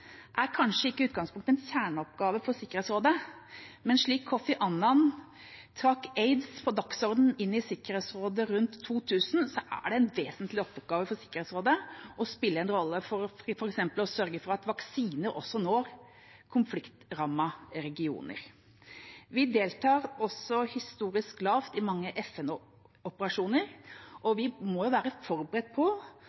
er kanskje ikke i utgangspunktet en kjerneoppgave for Sikkerhetsrådet, men slik Kofi Annan satte aids på dagsordenen i Sikkerhetsrådet rundt 2000, er det en vesentlig oppgave for Sikkerhetsrådet å spille en rolle f.eks. ved å sørge for at vaksiner også når konfliktrammede regioner. Vi deltar historisk lavt i mange FN-operasjoner, og vi må være forberedt på å kunne delta mer i slike operasjoner